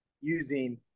using